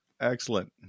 excellent